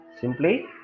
simply